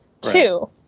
Two